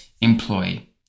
employee